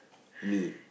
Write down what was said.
me